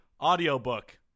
audiobook